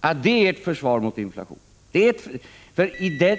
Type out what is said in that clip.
Tala om att det är ett sådant försvar ni vill sätta in mot inflationen!